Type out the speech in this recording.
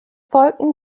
folgten